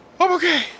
okay